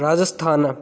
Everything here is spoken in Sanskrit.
राजस्थानम्